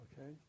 Okay